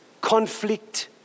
conflict